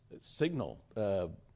signal